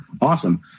Awesome